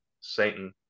satan